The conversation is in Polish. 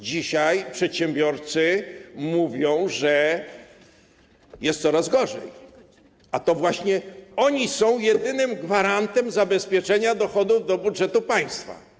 Dzisiaj przedsiębiorcy mówią, że jest coraz gorzej, a to właśnie oni są jedynym gwarantem zabezpieczenia dochodów budżetu państwa.